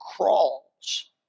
crawls